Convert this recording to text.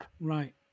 right